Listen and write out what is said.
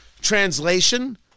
Translation